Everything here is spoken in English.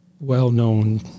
well-known